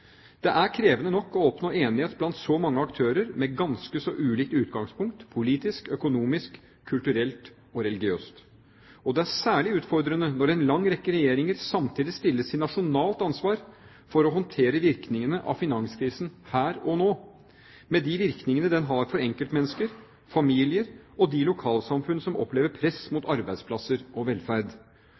Det er krevende nok å oppnå enighet blant så mange aktører med ganske så ulikt utgangspunkt – politisk, økonomisk, kulturelt og religiøst. Og det er særlig utfordrende når en lang rekke regjeringer samtidig stilles til nasjonalt ansvar for å håndtere virkningene av finanskrisen her og nå, med de virkningene den har for enkeltmennesker, familier og de lokalsamfunn som opplever press mot arbeidsplasser og velferd.